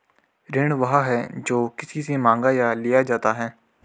ऋण वह है, जो किसी से माँगा या लिया जाता है